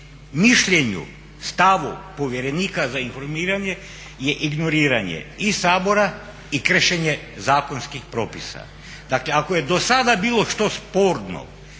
mišljenju, stavu povjerenika za informiranje je ignoriranje i Sabora i kršenje zakonskih propisa. Dakle ako je do sada bilo što sporno